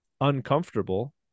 uncomfortable